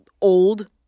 old